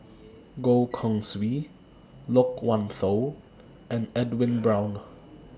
Goh Keng Swee Loke Wan Tho and Edwin Brown